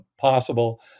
possible